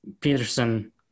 Peterson